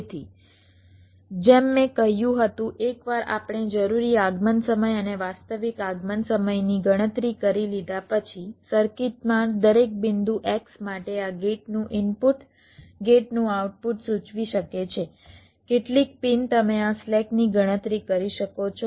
તેથી જેમ મેં કહ્યું હતું એકવાર આપણે જરૂરી આગમન સમય અને વાસ્તવિક આગમન સમયની ગણતરી કરી લીધા પછી સર્કિટમાં દરેક બિંદુ x માટે આ ગેટનું ઇનપુટ ગેટનું આઉટપુટ સૂચવી શકે છે કેટલીક પિન તમે આ સ્લેકની ગણતરી કરી શકો છો